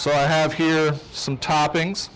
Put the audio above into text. so i have here some toppings